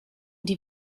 die